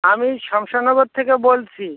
আমি সাংসঙ্গাবাদ থেকে বলছি